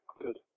good